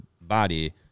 body